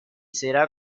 será